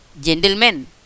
Gentlemen